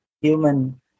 human